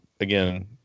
again